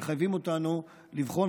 מחייבות אותנו לבחון,